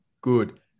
good